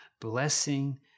blessing